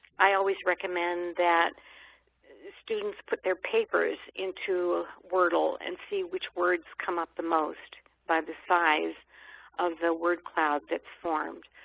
i always recommend that students put their papers into wordle and see which words come up the most by the size of the word cloud that's formed.